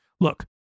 Look